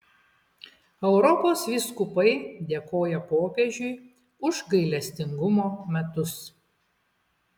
europos vyskupai dėkoja popiežiui už gailestingumo metus